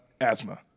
Asthma